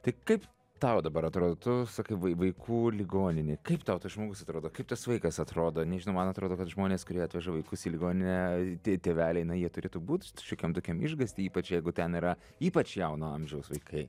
tai kaip tau dabar atrodo tu sakai vai vaikų ligoninė kaip tau tas žmogus atrodo kaip tas vaikas atrodo nežinau man atrodo kad žmonės kurie atveža vaikus į ligoninę tie tėveliai na jie turėtų būt šiokiam tokiam išgąsty ypač jeigu ten yra ypač jauno amžiaus vaikai